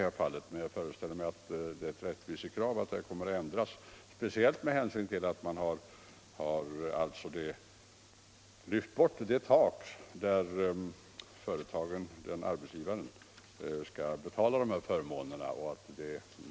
Jag föreställer mig att det I är ett rättvisekrav att reglerna ändras, speciellt med hänsyn till att man — Vissa delpensionshar lyft bort det tak till vilket arbetsgivaren skall betala för de här förmånerna. — frågor m.m.